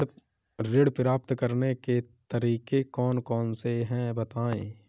ऋण प्राप्त करने के तरीके कौन कौन से हैं बताएँ?